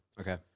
Okay